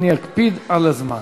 אני אקפיד על הזמן.